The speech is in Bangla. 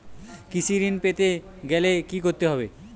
কৃষি ঋণ পেতে গেলে কি করতে হবে?